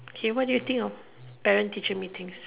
okay what do you think of parent teacher meetings